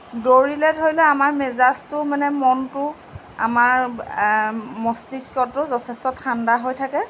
দৌৰিলে ধৰি ল আমাৰ মেজাজটো মানে মনটো আমাৰ মস্তিষ্কটো যথেষ্ট ঠাণ্ডা হৈ থাকে